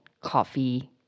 coffee